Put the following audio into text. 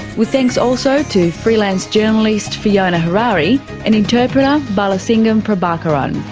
with thanks also to freelance journalist fiona harari and interpreter balasingham prabhakharan.